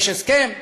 יש הסכם,